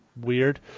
weird